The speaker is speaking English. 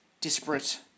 disparate